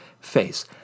face